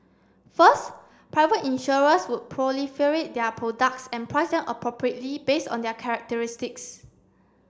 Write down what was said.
first private insurers would proliferate their products and price them appropriately based on their characteristics